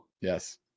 Yes